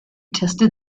tested